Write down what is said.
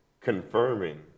confirming